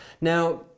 Now